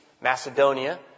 Macedonia